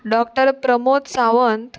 doctor Pramod Sawant